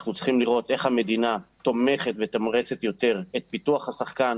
אנחנו צריכים לראות איך המדינה תומכת ומתמרצת יותר את פיתוח השחקן,